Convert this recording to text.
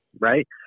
right